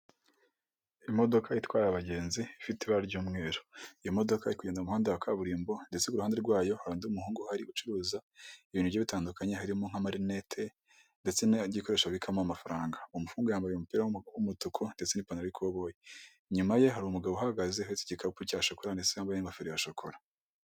Imodoka itwara abagenzi ifite ibara ry'umweru, iyo modoka irikugenda umuhanda wa kaburimbo ndetse iruhande rwayo hari undi umuhungu uhari ucuruza ibintu bigiye bitandukanye harimo; nka marinete ndetse n'igikoresho babikamo amafaranga, umuhungu yambaye umupira w'umutuku ndetse n'ipantaro y'ikoboyi, inyuma ye hari umugabo uhagaze uhetse igikapu cya shokora ndetse wambaye ingofero ya shokora.